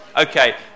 Okay